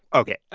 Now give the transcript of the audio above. ok,